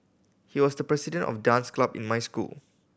he was the president of dance club in my school